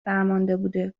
فرمانده